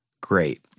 great